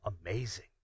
amazing